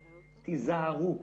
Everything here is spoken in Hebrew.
תיזהרו.